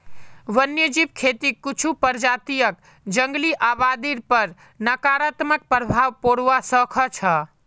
वन्यजीव खेतीक कुछू प्रजातियक जंगली आबादीर पर नकारात्मक प्रभाव पोड़वा स ख छ